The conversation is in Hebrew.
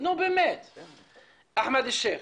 אחמד שייח'.